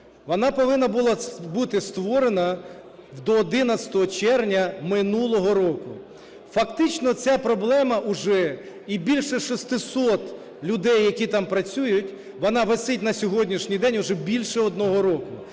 Вона повинна були бути створена до 11 червня минулого року. Фактично ця проблема уже, і більше 600 людей, які там працюють, вона висить на сьогоднішній день уже більше одного року.